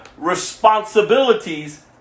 Responsibilities